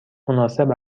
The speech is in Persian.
مناسب